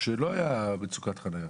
שלא הייתה שם מצוקת חניה,